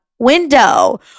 window